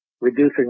reducing